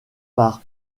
par